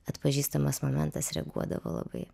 atpažįstamas momentas reaguodavo labai